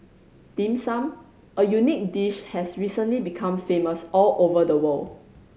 Dim Sum a unique dish has recently become famous all over the world